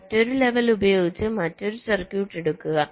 മറ്റൊരു ലെവൽ ഉപയോഗിച്ച് മറ്റൊരു സർക്യൂട്ട് എടുക്കുക